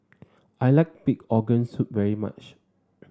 I like Pig Organ Soup very much